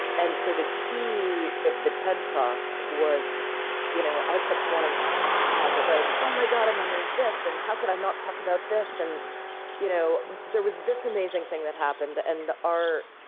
and so the key with the ted talk was you know i kept wanting to add. like, oh, my god, and then there's this, and how could i not talk about this? and you know there was this amazing thing that happened. and